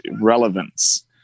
relevance